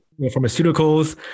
pharmaceuticals